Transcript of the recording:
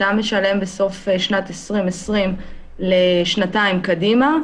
אתה משלם בסוף שנת 2020 לשנתיים קדימה,